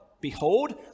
Behold